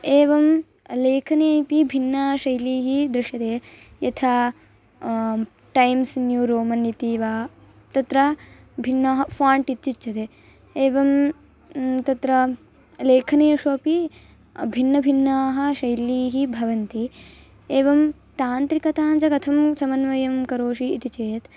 एवं लेखने अपि भिन्ना शैलीः दृश्यते यथा टैम्स् न्यू रोमन् इति वा तत्र भिन्नं फ़ाण्ट् इत्युच्यते एवं तत्र लेखनेषु अपि भिन्नभिन्नाः शैल्यः भवन्ति एवं तान्त्रिकां च कथं समन्वयं करोषि इति चेत्